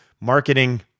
marketing